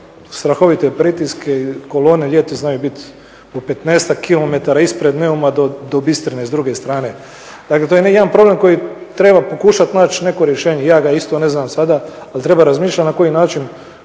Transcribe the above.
strahovite pritiske i kolone ljeti znaju biti do 15-ak kilometara ispred Neuma do Bistrine s druge strane. Dakle, to je jedan problem koji treba pokušati naći jedno rješenje, ja ga isto ne znam sada ali treba razmišljati na koji način